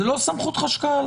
זו לא סמכות חשכ"ל.